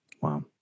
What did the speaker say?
Wow